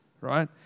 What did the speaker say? right